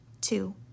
two